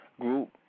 group